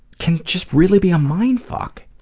can just really be a mind fuck.